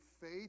faith